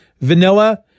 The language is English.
vanilla